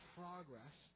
progress